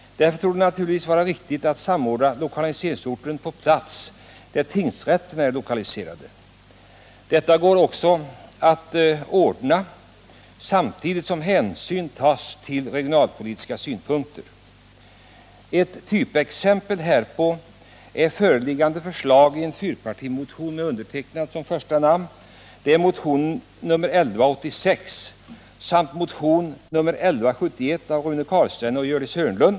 Därför torde det vara riktigt att samordna på plats där tingsrätten är lokaliserad. Detta går också att ordna samtidigt som hänsyn tas till regionalpolitiska synpunkter. Ett typexempel härpå är fyrpartimotionen 1186 med mig själv som första namn och motionen 1171 av Rune Carlstein och Gördis Hörnlund.